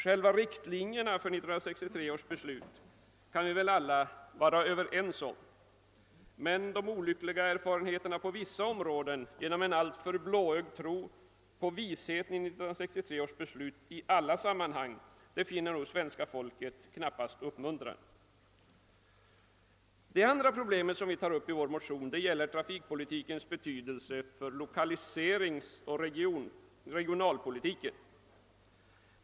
Själva riktlinjerna för beslutet kan vi väl alla vara ense om, men de olyckliga erfarenheterna på vissa områden genom en alltför blåögd tro på visheten i 1963 års beslut i alla avseenden finner svenska folket knappast uppmuntrande. Det andra problem som vi tar upp i vår motion gäller trafikpolitikens betydelse för lokaliseringsoch regionalpolitiken.